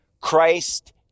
Christ